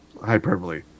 hyperbole